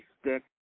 stick